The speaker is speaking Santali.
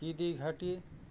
ᱜᱤᱫᱤ ᱜᱷᱟᱴᱤ